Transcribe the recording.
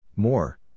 More